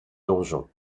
donjon